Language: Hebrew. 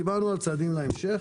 דיברנו על צעדים להמשך.